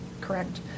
correct